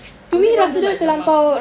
was it one of those like lemak